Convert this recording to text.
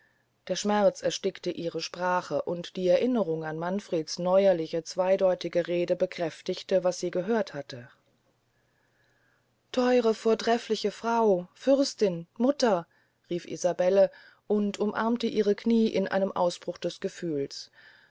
der schmerz erstickte ihre sprache und die erinnerung an manfreds neuerliche zweydeutige reden bekräftigte was sie gehört hatte theure vortrefliche frau fürstin mutter rief isabelle und umarmte ihre knie in einem ausbruch des gefühls